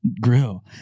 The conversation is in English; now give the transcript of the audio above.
grill